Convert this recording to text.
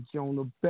Jonah